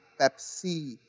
Pepsi